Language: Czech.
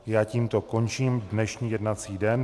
Já tímto končím dnešní jednací den.